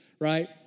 right